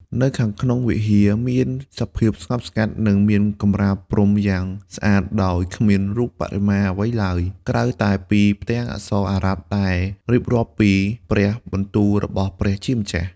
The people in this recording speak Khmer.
នៅខាងក្នុងវិហារមានសភាពស្ងប់ស្ងាត់ និងមានកម្រាលព្រំយ៉ាងស្អាត ដោយគ្មានរូបបដិមាអ្វីឡើយ ក្រៅតែពីផ្ទាំងអក្សរអារ៉ាប់ដែលរៀបរាប់ពីព្រះបន្ទូលរបស់ព្រះជាម្ចាស់។